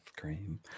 cream